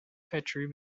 petri